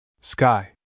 sky